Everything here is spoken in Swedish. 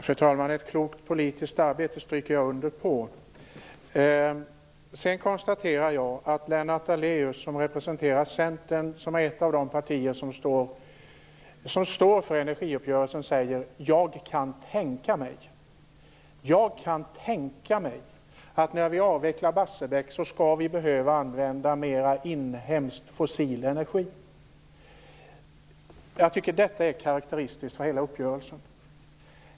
Fru talman! Ett klokt politiskt arbete - det skriver jag under på! Jag konstaterar att Lennart Daléus - som representerar Centern, ett av de partier som står för energiuppgörelsen - säger: Jag kan tänka mig att vi behöver använda mer inhemsk fossil energi när vi avvecklar Barsebäck. Detta är karakteristiskt för hela uppgörelsen.